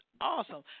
awesome